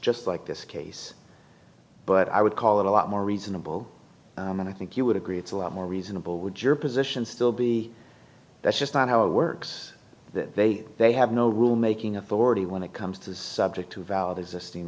just like this case but i would call it a lot more reasonable and i think you would agree it's a lot more reasonable would your position still be that's just not how it works that they they have no rule making authority when it comes to this subject to valid